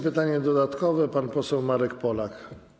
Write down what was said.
Pytanie dodatkowe, pan poseł Marek Polak.